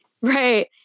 Right